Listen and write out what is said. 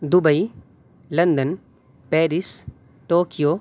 Dubai London Paris Tokyo